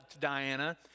Diana